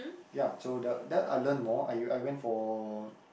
ya so the that I learn more I I went for